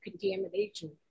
contamination